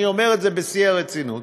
אני אומר את זה בשיא הרצינות,